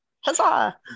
Huzzah